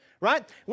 right